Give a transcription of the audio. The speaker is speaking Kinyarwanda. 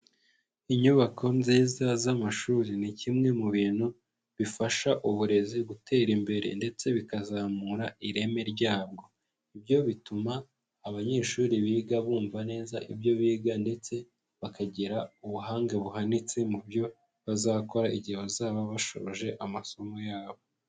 Inyubako nziza z'amashuri ni kimwe mu bintu bifasha uburezi gutera imbere ndetse bikazamura ireme ryabwo, ibyo bituma abanyeshuri biga bumva neza ibyo biga ndetse bakagira ubuhanga buhanitse mu byo bazakora igihe bazaba bashoje amasomo yabo.